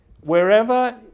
Wherever